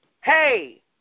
Hey